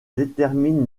détermine